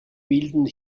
bilden